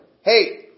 hey